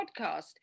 podcast